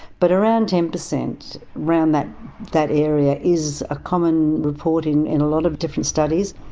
but around ten percent, around that that area is a common reporting in a lot of different studies.